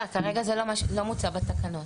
כרגע זה לא מוצע בתקנות.